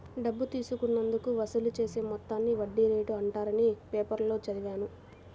డబ్బు తీసుకున్నందుకు వసూలు చేసే మొత్తాన్ని వడ్డీ రేటు అంటారని పేపర్లో చదివాను